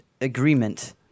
agreement